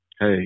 hey